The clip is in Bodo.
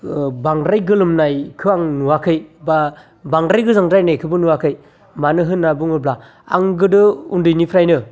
बांद्राय गोलोमनायखौ नुवाखै बा बांद्राय गोजांद्रायनायखौबो नुवाखै मानो होन्ना बुङोब्ला आं गोदो उन्दैनिफ्रायनो